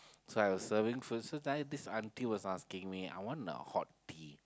so I was serving food so then this auntie was asking me I want a hot tea